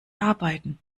arbeiten